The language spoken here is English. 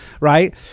right